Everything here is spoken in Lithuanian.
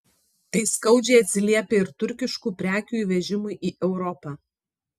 tai skaudžiai atsiliepia ir turkiškų prekių įvežimui į europą